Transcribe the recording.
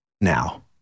Now